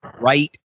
right